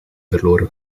verloren